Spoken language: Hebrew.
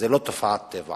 זו לא תופעת טבע.